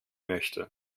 möchte